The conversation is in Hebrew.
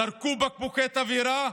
זרקו בקבוקי תבערה,